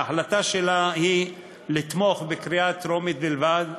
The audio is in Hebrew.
ההחלטה שלה היא לתמוך בקריאה טרומית בלבד,